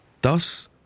Thus